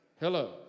Hello